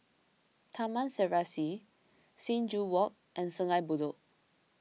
Taman Serasi Sing Joo Walk and Sungei Bedok